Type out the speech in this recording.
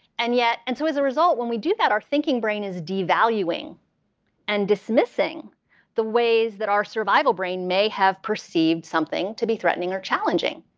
and and so as a result when we do that, our thinking brain is devaluing and dismissing the ways that our survival brain may have perceived something to be threatening or challenging.